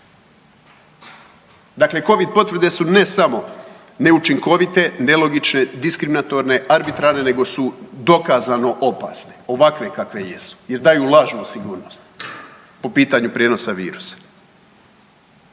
Dakle, Covid potvrde su ne samo neučinkovite, nelogične, diskriminatorne, arbitrarne nego su dokazano opasne ovakve kakve jesu jer daju lažnu sigurnost po pitanju prijenosa virusa.